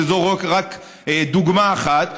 וזו רק דוגמה אחת.